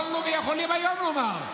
יכולנו ויכולים היום לומר: